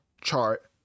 chart